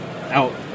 out